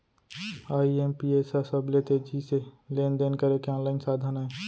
IMPS ह सबले तेजी से लेन देन करे के आनलाइन साधन अय